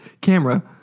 Camera